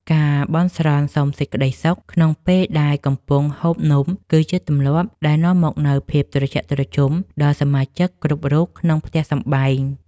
ការបន់ស្រន់សុំសេចក្ដីសុខក្នុងពេលដែលកំពុងហូបនំគឺជាទម្លាប់ដែលនាំមកនូវភាពត្រជាក់ត្រជុំដល់សមាជិកគ្រប់រូបក្នុងផ្ទះសម្បែង។